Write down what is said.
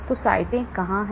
तो साइटें कहां हैं